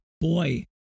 boy